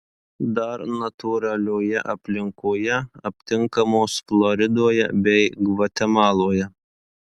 dar natūralioje aplinkoje aptinkamos floridoje bei gvatemaloje